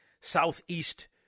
Southeast